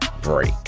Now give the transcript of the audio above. break